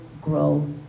grow